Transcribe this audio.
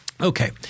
Okay